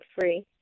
free